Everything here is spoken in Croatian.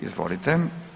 Izvolite.